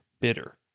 bitter